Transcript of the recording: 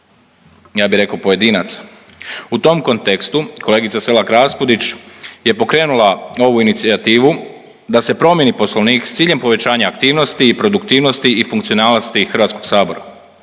ja bi rekao pojedinaca. U tom kontekstu kolegica Selak Raspudić je pokrenula ovu inicijativu da se promijeni poslovnik s ciljem povećanja aktivnosti i produktivnosti i funkcionalnosti HS. Ovo